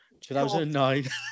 2009